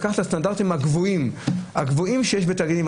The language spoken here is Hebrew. לקחת את הסטנדרטים הגבוהים שיש בתאגידים.